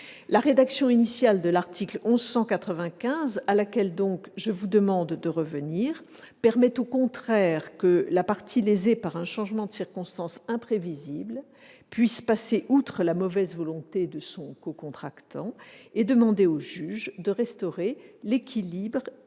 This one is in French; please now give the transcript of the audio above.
par l'ordonnance pour l'article 1195, à laquelle je vous demande donc de revenir, permet au contraire à la partie lésée par un changement de circonstances imprévisibles de passer outre la mauvaise volonté de son cocontractant pour demander au juge de restaurer l'équilibre